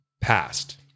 past